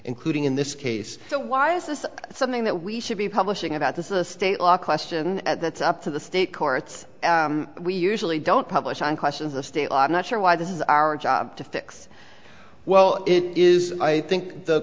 including in this case so why is this something that we should be publishing about this is a state law question that's up to the state courts we usually don't publish on questions of state law not sure why this is our job to fix well it is i think the